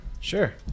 Sure